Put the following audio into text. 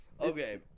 Okay